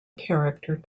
character